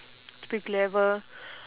to be clever